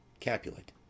Capulet